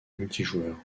multijoueur